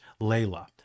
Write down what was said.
Layla